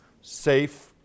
safe